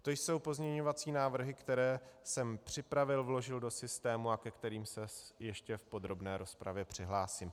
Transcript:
To jsou pozměňovací návrhy, které jsem připravil, vložil do systému a ke kterým se ještě v podrobné rozpravě přihlásím.